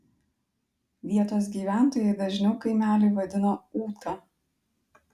vietos gyventojai dažniau kaimelį vadino ūta